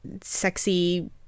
sexy